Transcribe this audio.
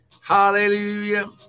hallelujah